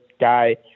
guy